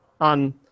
on